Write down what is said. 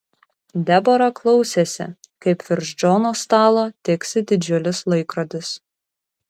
debora klausėsi kaip virš džono stalo tiksi didžiulis laikrodis